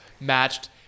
matched